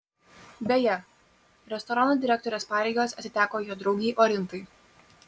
beje restorano direktorės pareigos atiteko jo draugei orintai